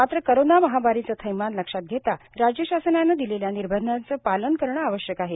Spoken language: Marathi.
मात्र कोरोना महामारीचे थैमान लक्षात घेता राज्य शासनाने दिलेल्या निर्बंधांचे पालन करणे आवश्यक आहे